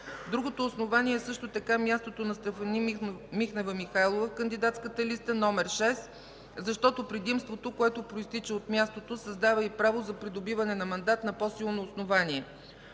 Другото основание е също така мястото на Стефани Михнева Михайлова в кандидатската листа номер шест, защото предимството, което произтича от мястото, създава и право за придобиване на мандат на по-силно основание.